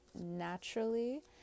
naturally